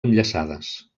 enllaçades